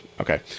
okay